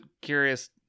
curious